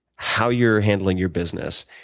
how you're handling your business,